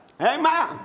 amen